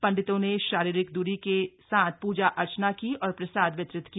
पंडितों ने शारीरिक दूरी के साथ पूजा अर्चना की और प्रसाद वितरित किया